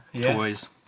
toys